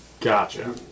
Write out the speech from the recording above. Gotcha